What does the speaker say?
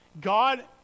God